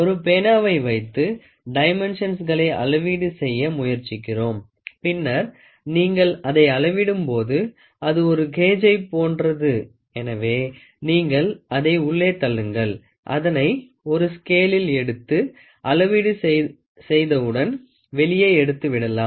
ஒரு பேனாவை வைத்து டைமென்ஷன்களை அளவீடு செய்ய முயற்சிக்கவும் பின்னர் நீங்கள் அதை அளவிடும்போது அது ஒரு கேஜய் போன்றது எனவே நீங்கள் அதை உள்ளே தள்ளுங்கள் அதனை ஒரு ஸ்கேலில் எடுத்து அளவீடு செய்தவுடன் வெளியே எடுத்துவிடலாம்